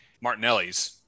Martinelli's